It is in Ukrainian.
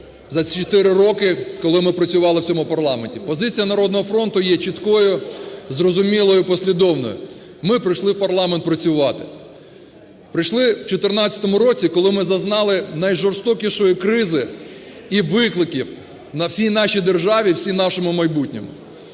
ці 4 роки, коли ми працювали в цьому парламенті. Позиція "Народного фронту" є чіткою, зрозумілою, послідовною. Ми прийшли в парламент працювати. Прийшли в 14-му році, коли ми зазнали найжорстокішої кризи і викликів всій нашій державі, всьому нашому майбутньому.